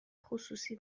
خصوصی